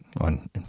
on